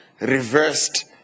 reversed